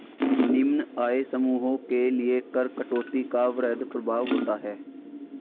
निम्न आय समूहों के लिए कर कटौती का वृहद प्रभाव होता है